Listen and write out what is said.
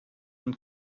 und